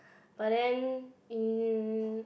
but then in